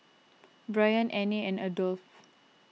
Brion Anne and Adolph